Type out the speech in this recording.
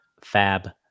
fab